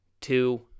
two